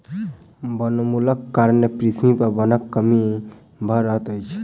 वनोन्मूलनक कारणें पृथ्वी पर वनक कमी भअ रहल अछि